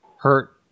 hurt